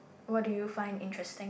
what do you find interesting